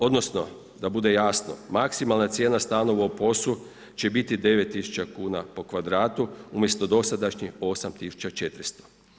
Odnosno, da bude jasno, maksimalna cijena stanova u POS-u će biti 9 tisuća kuna po kvadratu umjesto dosadašnjih 8400.